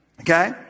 Okay